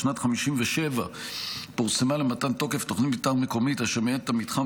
בשנת 1957 פורסמה למתן תוקף תוכנית מתאר מקומית אשר מייעדת את המתחם,